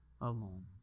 alone